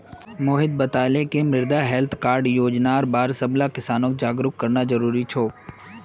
मोहित बताले कि मृदा हैल्थ कार्ड योजनार बार सबला किसानक जागरूक करना जरूरी छोक